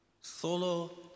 Solo